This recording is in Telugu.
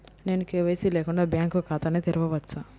నేను కే.వై.సి లేకుండా బ్యాంక్ ఖాతాను తెరవవచ్చా?